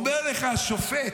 אומר לך השופט: